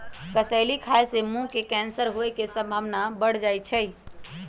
कसेली खाय से मुंह के कैंसर होय के संभावना बढ़ जाइ छइ